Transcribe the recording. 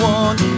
one